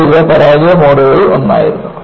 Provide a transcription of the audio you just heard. അതിനാൽ ഇത് പരാജയ മോഡുകളിൽ ഒന്നായിരുന്നു